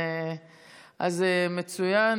אז מצוין.